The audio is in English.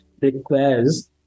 requires